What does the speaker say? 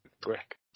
Brick